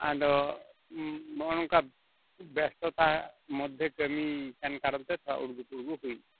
ᱟᱫᱚ ᱱᱚᱜᱼᱚ ᱱᱚᱝᱠᱟ ᱵᱮᱥᱛᱚᱛᱟ ᱢᱚᱫᱽᱫᱷᱮ ᱠᱟᱹᱢᱤ ᱠᱟᱱ ᱠᱟᱨᱚᱱ ᱛᱮ ᱚᱱᱠᱟ ᱩᱲᱜᱩ ᱯᱩᱲᱜᱩ ᱦᱩᱭᱮᱱᱟ